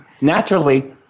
Naturally